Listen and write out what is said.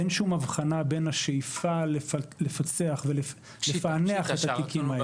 אין שום הבחנה בין השאיפה לפצח ולפענח את התיקים האלה.